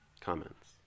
Comments